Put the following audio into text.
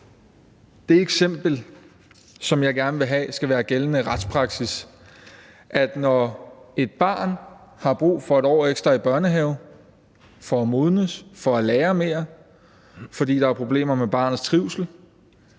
det eksempel, som jeg gerne vil have skal være gældende retspraksis: Når et barn har brug for 1 år ekstra i børnehave for at modnes, for at lære mere, fordi der er problemer med barnets trivsel,